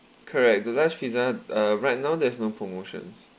correct the large pizza uh right now there's no promotions